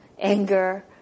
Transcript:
anger